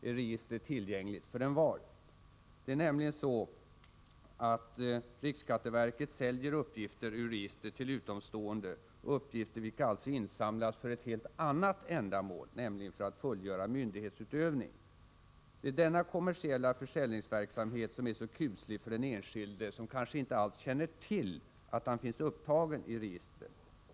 Är registret tillgängligt för envar? Det är nämligen så, att riksskatteverket säljer uppgifter ur registret till utomstående, uppgifter vilka alltså insamlats för ett helt annat ändamål, nämligen för att fullgöra myndighetsutövning. Det är denna kommersiella försäljningsverksamhet som är så kuslig för den enskilde, som kanske inte alls känner till att han finns upptagen i registret.